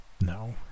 No